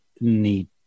need